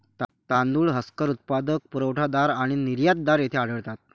तांदूळ हस्कर उत्पादक, पुरवठादार आणि निर्यातदार येथे आढळतात